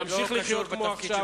להמשיך לחיות כמו עכשיו.